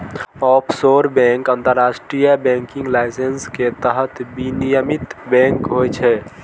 offshore bank अंतरराष्ट्रीय banking licence के तहत विनियमित बैंक होइ छै